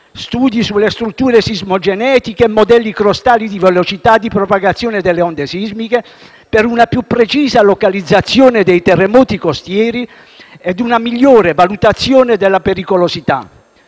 studi sulle strutture sismogenetiche e modelli crostali di velocità di propagazione delle onde sismiche, per una più precisa localizzazione dei terremoti costieri e una migliore valutazione della pericolosità.